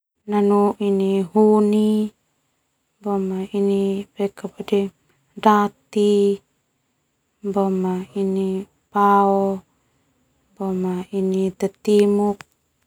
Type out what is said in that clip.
Nanu ini huni, boma ini dati, boma ini pao, boma ini titimuk.